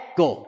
go